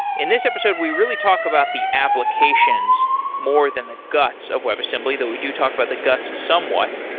in this episode we really talk about the applications more than the guts of webassembly, that we do talk about the guts somewhat.